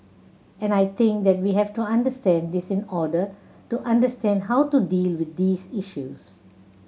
and I think that we have to understand this in order to understand how to deal with these issues